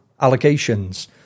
allegations